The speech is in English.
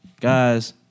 guys